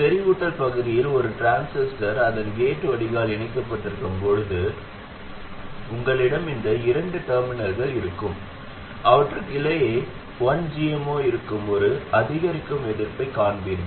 செறிவூட்டல் பகுதியில் ஒரு டிரான்சிஸ்டர் அதன் கேட் வடிகால் இணைக்கப்பட்டிருக்கும் போது உங்களிடம் இந்த இரண்டு டெர்மினல்கள் இருக்கும் அவற்றுக்கிடையே 1gm0 இருக்கும் ஒரு அதிகரிக்கும் எதிர்ப்பைக் காண்பீர்கள்